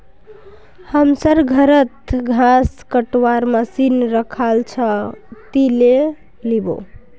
हमसर घरत घास कटवार मशीन रखाल छ, ती ले लिबो